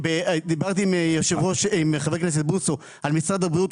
דיברתי עם חבר הכנסת בוסו על משרד הבריאות,